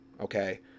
okay